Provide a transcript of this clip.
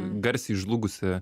garsiai žlugusį